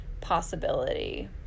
possibility